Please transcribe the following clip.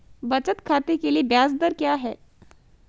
बचत खाते के लिए ब्याज दर क्या है?